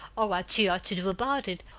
or what she ought to do about it,